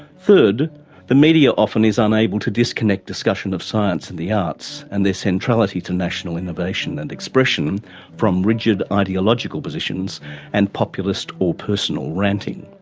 third the media often is unable to disconnect discussion of science and the arts and their centrality to national innovation and expression from rigid ideological positions and populist or personal ranting.